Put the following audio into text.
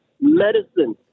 medicine